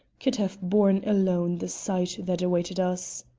could have borne alone the sight that awaited us.